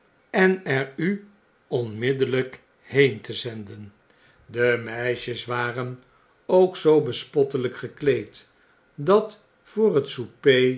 en er u onmiddellyk heen te zenden de meisjes waren ook zoo bespottelyk gekleed dat voor het